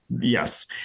Yes